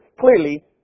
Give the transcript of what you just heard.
clearly